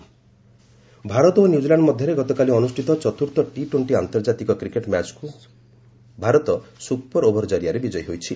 cricket Bharat ଓ New Zealand ମଧ୍ୟରେ ଗତକାଲି ଅନୁଷ୍ଠିତ ଚତୁର୍ଥ ଟି ଟୋଷ୍ଟି ଆନ୍ତର୍ଜାତିକ କ୍ରିକେଟ୍ ମ୍ୟାଚ୍କୁ ମଧ୍ୟ ଭାରତ ସୁପର ଓଭର ଜରିଆରେ ବିଜୟୀ ହୋଇଛି